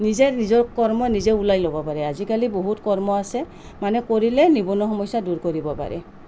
নিজে নিজৰ কৰ্ম নিজেই ওলাই ল'ব পাৰে আজিকালি বহুত কৰ্ম আছে মানুহে কৰিলে নিবনুৱা সমস্যা দূৰ কৰিব পাৰে